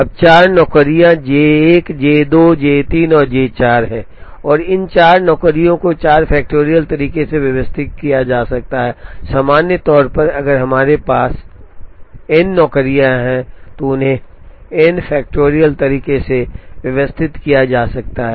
अब 4 नौकरियां J 1 J 2 J 3 और J 4 हैं और इन 4 नौकरियों को 4 factorial तरीके से व्यवस्थित किया जा सकता है सामान्य तौर पर अगर हमारे पास n नौकरियां हैं तो उन्हें n factorial तरीके से व्यवस्थित किया जा सकता है